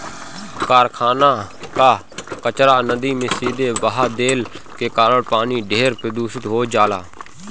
कारखाना कअ कचरा नदी में सीधे बहा देले के कारण पानी ढेर प्रदूषित हो जाला